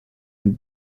and